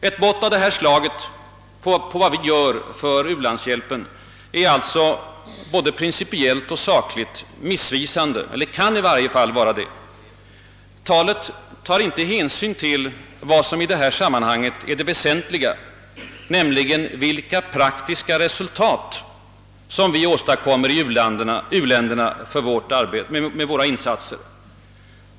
Ett mått av detta slag på vad vi gör för u-landshjälpen är både principiellt och . sakligt missvisande. Metoden tar inte hänsyn till vad som i detta sammänhang är det väsentliga, nämligen vilka praktiska resultat som vi åstadkommer i u-länderna med våra insatser.